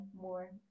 more